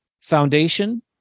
foundation